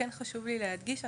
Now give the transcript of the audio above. כן חשוב לי להדגיש,